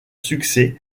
succès